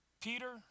Peter